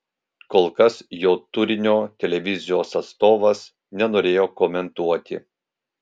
kol kas jo turinio televizijos atstovas nenorėjo komentuoti